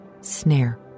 snare